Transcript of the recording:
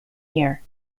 year